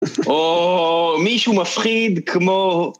או מישהו מפחיד כמו...